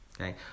Okay